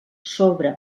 sobre